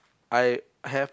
I have